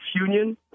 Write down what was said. Union